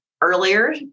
earlier